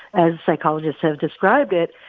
as psychologists have described it,